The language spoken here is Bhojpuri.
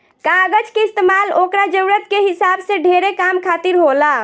कागज के इस्तमाल ओकरा जरूरत के हिसाब से ढेरे काम खातिर होला